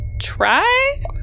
try